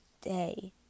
day